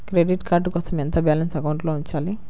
Credit card కోసం ఎంత balance అకౌంట్లో ఉంచాలి?